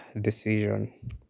decision